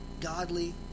godly